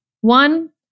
One